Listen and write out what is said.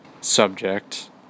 subject